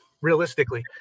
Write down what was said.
realistically